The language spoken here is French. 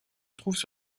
trouvent